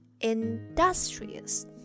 industrious